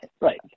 Right